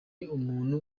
umuntu